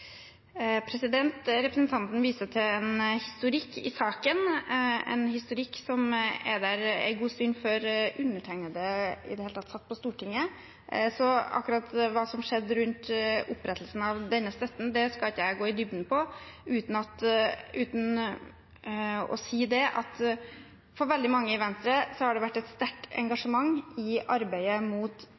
undertegnede i det hele tatt satt på Stortinget, så akkurat hva som skjedde rundt opprettelsen av denne støtten, skal ikke jeg gå i dybden på, uten å si at det for veldig mange i Venstre har vært et sterkt engasjement i arbeidet mot